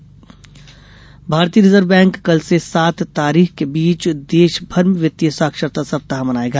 reserve bank भारतीय reserve bank कल से सात तारीख के बीच देश भर में वित्तीय साक्षरता सप्ताह मनाएगा